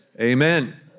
Amen